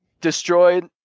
destroyed